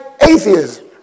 atheism